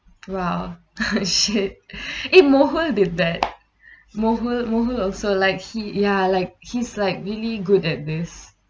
!wah! shit eh mo hui did that mo hui mo hui also like he ya like he's like really good at this